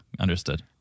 Understood